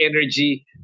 energy